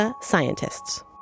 scientists